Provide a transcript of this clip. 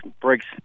breaks